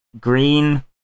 green